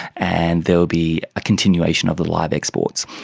and there would be a continuation of the live exports.